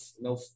no